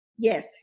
Yes